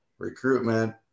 Recruitment